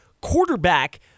quarterback